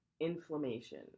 inflammation